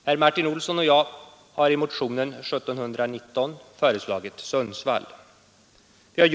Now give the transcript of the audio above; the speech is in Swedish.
Herr Martin Olsson och jag har i motionen 1719 föreslagit Sundsvall.